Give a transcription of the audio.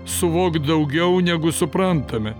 suvokt daugiau negu suprantame